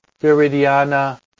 Viridiana